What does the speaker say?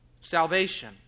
Salvation